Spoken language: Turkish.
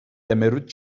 temerrüt